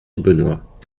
benoit